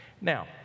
Now